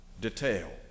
detail